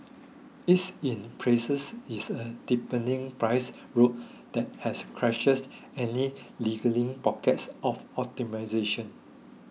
its in places is a deepening price rout that has quashes any lingering pockets of optimization